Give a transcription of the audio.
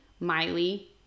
Miley